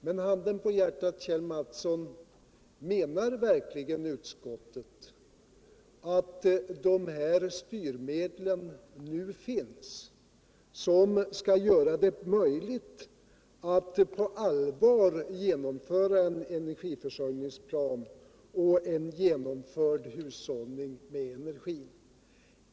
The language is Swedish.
Men handen på hjärtat, Kjell Mattsson, menar verkligen utskottet att de styrmedel nu finns som skall göra det möjligt att på allvar genomföra en cnergiförsörjningsplan och en hushållning med energi?